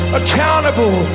accountable